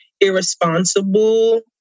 irresponsible